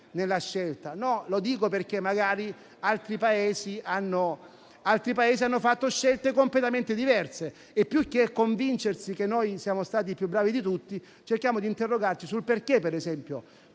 oculatezza. Lo dico perché magari altri Paesi hanno fatto scelte completamente diverse e, più che convincerci che noi siamo stati più bravi di tutti, cerchiamo di interrogarci sul perché, per esempio,